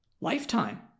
lifetime